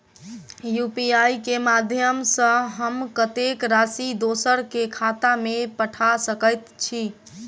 UPI केँ माध्यम सँ हम कत्तेक राशि दोसर केँ खाता मे पठा सकैत छी?